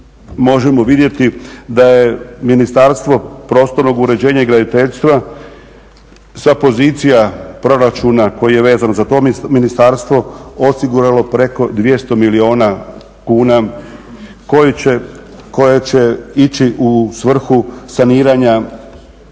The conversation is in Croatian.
možemo vidjeti da je Ministarstvo prostornog uređenja i graditeljstva sa pozicija proračuna koji je vezano za to ministarstvo osiguralo preko 200 milijuna kuna koje će ići u svrhu saniranja